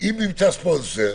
אם נמצא ספונסר